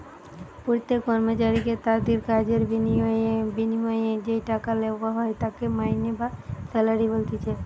প্রত্যেক কর্মচারীকে তাদির কাজের বিনিময়ে যেই টাকা লেওয়া হয় তাকে মাইনে বা স্যালারি বলতিছে